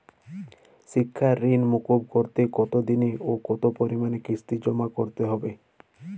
শিক্ষার ঋণ মুকুব করতে কতোদিনে ও কতো পরিমাণে কিস্তি জমা করতে হবে?